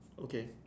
okay